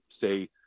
say